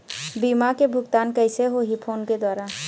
बीमा के भुगतान कइसे होही फ़ोन के द्वारा?